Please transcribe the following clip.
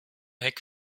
heck